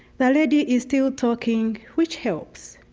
the lady is still talking, which helps.